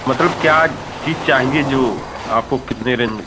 मतलब क्या चीज़ चाहिए जो आपको कितने रेन्ज